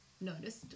noticed